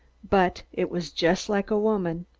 but it was just like a woman.